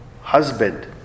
husband